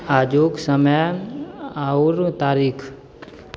आजूक समय आओर तारीख